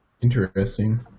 Interesting